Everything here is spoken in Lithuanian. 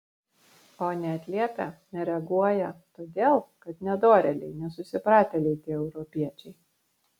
o neatliepia nereaguoja todėl kad nedorėliai nesusipratėliai tie europiečiai